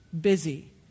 busy